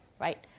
right